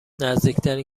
نزدیکترین